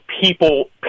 people